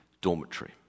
dormitory